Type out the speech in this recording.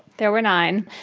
there were nine.